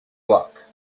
look